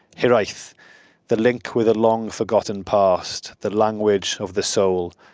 hiraeth the link with the long-forgotten past, the language of the soul,